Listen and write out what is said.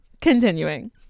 continuing